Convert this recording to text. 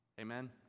Amen